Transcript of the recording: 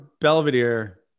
Belvedere